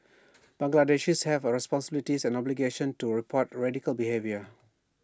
Bangladeshis have A responsibility and obligation to report radical behaviour